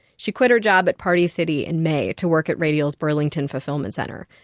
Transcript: she quit her job at party city in may to work at radial's burlington fulfillment center.